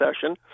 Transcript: session